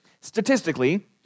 statistically